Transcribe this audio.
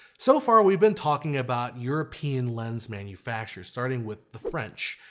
so far we've been talking about european lens manufacturers starting with the french,